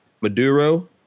maduro